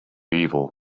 evil